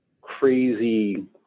crazy